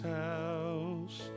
house